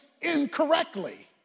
incorrectly